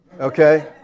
Okay